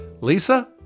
Lisa